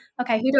okay